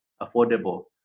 affordable